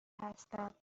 هستم